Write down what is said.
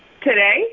Today